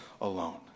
alone